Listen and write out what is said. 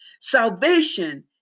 Salvation